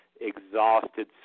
Exhausted